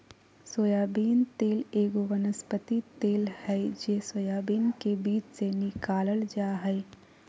soybean तेल एगो वनस्पति तेल हइ जे सोयाबीन के बीज से निकालल जा हइ